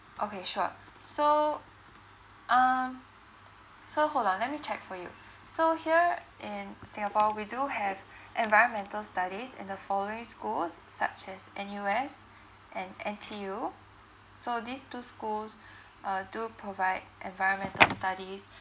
okay sure so um so hold on let me check for you so here in singapore we do have environmental studies in the following schools such as N_U_S and N_T_U so these two schools uh do provide environmental studies